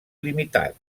limitat